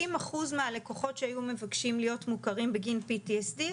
60% מהלקוחות שהיו מבקשים להיות מוכרים בגין PTSD,